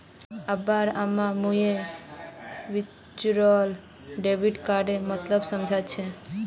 अब्बा आर अम्माक मुई वर्चुअल डेबिट कार्डेर मतलब समझाल छि